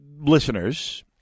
listeners